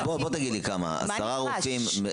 עשרה רופאים?